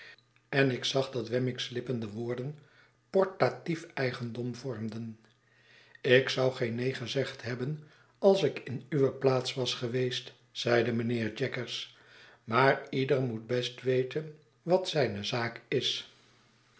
en ik zag dat wemmick's lippen de woorden portatief eigendom vormden ik zou geen neen gezegd hebben als ik in uwe plaats was geweest zeide mijnheer jaggers maar ieder moet best weten wat zijne zaak is